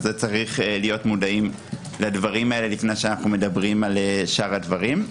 וצריך להיות מודעים לזה לפני שמדברים על שאר הדברים.